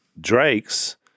Drakes